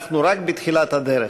אנחנו רק בתחילת הדרך.